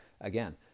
again